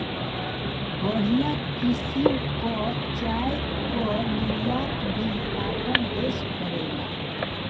बढ़िया किसिम कअ चाय कअ निर्यात भी आपन देस करेला